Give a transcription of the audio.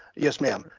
yes ma'am.